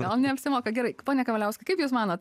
gal neapsimoka gerai pone kavaliauskai kaip jūs manot